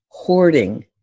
Hoarding